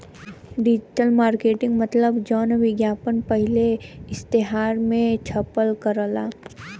digital marketing मतलब जौन विज्ञापन पहिले इश्तेहार मे छपल करला